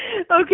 Okay